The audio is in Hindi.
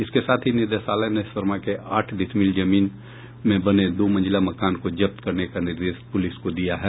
इसके साथ ही निदेशालय ने शर्मा के आठ डिसिमील में बने दो मंजिला मकान को जब्त करने का निर्देश पुलिस को दिया है